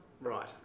Right